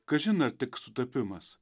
kažin ar tik sutapimas